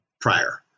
prior